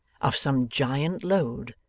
of some giant load,